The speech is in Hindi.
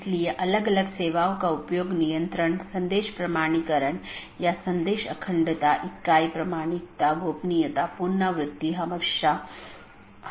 यह एक शब्दावली है या AS पाथ सूची की एक अवधारणा है